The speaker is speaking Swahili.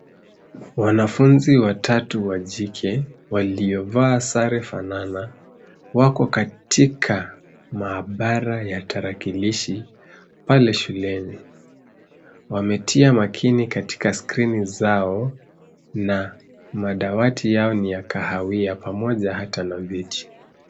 Wanafunzi watatu wa jike, waliovaa sare fanana , wako katika maabara ya tarakilishi, pale shuleni. Wametia makini katika skirini zao, na madawati yao ni ya kahawia, pamoja hata na viti.